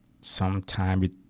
sometime